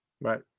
Right